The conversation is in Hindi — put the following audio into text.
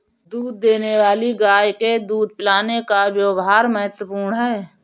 दूध देने वाली गाय के लिए दूध पिलाने का व्यव्हार महत्वपूर्ण है